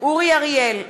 אורי אריאל,